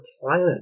planet